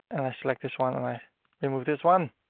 and i select this one and i remove this one.